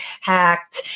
hacked